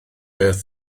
beth